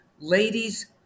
Ladies